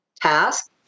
task